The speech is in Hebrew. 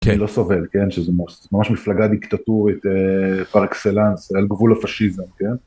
לא סובל כן שזה ממש מפלגה דיקטטורית פר אקסלאנס על גבול הפשיזם כן.